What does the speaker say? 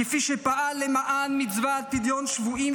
כפי שפעל למען מצוות פדיון שבויים,